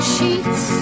sheets